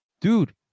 Dude